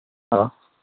hello